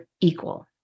equal